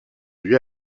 lui